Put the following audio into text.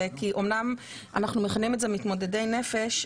כי אמנם אנחנו מכנים את זה מתמודדי נפש,